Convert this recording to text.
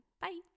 Bye